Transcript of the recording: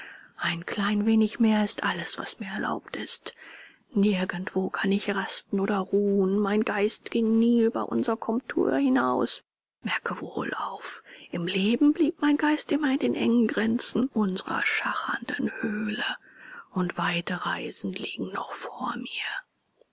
ein klein wenig mehr ist alles was mir erlaubt ist nirgendwo kann ich rasten oder ruhen mein geist ging nie über unser comptoir hinaus merke wohl auf im leben blieb mein geist immer in den engen grenzen unsrer schachernden höhle und weite reisen liegen noch vor mir